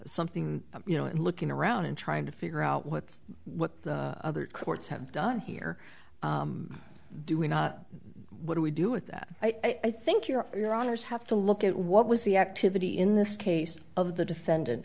something you know and looking around and trying to figure out what's what the other courts have done here do we not what do we do with that i think your your honour's have to look at what was the activity in this case of the defendant